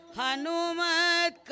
Hanumat